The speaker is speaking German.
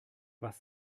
was